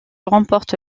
remporte